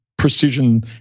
precision